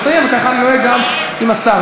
ככה אני נוהג גם עם השר.